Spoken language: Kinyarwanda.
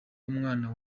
w’umwana